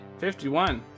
51